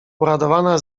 uradowana